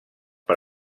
per